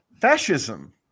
Fascism